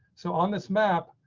so on this map,